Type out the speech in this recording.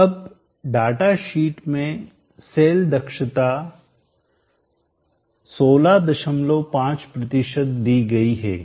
अब data sheet में cell दक्षता 165 दी गई है